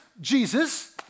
Jesus